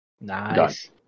Nice